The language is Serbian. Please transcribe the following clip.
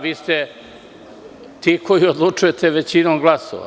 Vi ste ti koji odlučujete većinom glasova.